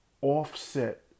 offset